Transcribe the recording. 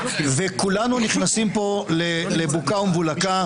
וכולנו נכנסים פה לבוקה ומבולקה.